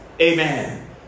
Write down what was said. Amen